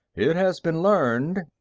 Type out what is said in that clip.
it has been learned,